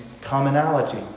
commonality